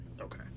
Okay